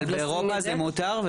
אבל באירופה זה מותר.